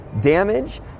damage